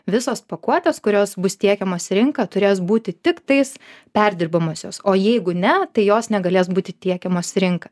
visos pakuotės kurios bus tiekiamos į rinką turės būti tiktais perdirbamosios o jeigu ne tai jos negalės būti tiekiamos į rinką